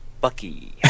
Bucky